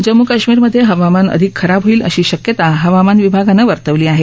जम्मू कश्मीरमध्ये हवामान अधिक खराब होईल अशी शक्यता हवामान विभागानं वर्तवली आहे